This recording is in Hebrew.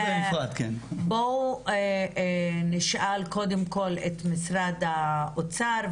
בואו נשאל קודם כל את משרד האוצר.